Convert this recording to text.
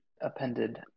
appended